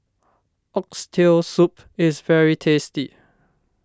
Oxtail Soup is very tasty